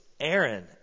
Aaron